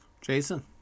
Jason